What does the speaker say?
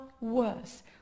worse